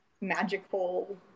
magical